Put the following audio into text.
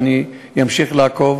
ואני אמשיך לעקוב.